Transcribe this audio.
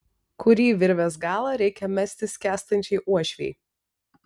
kurį virvės galą reikia mesti skęstančiai uošvei